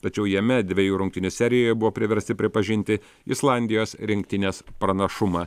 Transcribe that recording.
tačiau jame dvejų rungtynių serijoje buvo priversti pripažinti islandijos rinktinės pranašumą